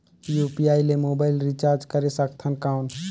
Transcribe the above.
UPI ले mobile recharge करे सकथन कौन?